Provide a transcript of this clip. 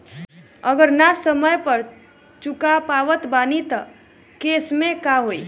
अगर ना समय पर चुका पावत बानी तब के केसमे का होई?